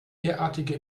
derartige